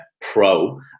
pro